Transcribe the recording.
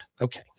Okay